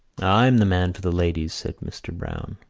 i'm the man for the ladies, said mr. browne,